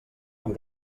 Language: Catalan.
amb